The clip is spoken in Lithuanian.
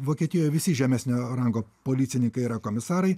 vokietijoj visi žemesnio rango policininkai yra komisarai